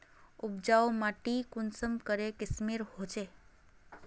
उपजाऊ माटी कुंसम करे किस्मेर होचए?